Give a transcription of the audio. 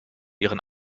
ihren